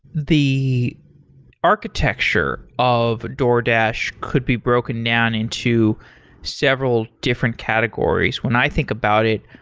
the architecture of doordash could be broken down into several different categories. when i think about it,